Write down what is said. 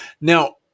Now